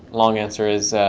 long answer is